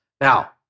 Now